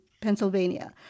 Pennsylvania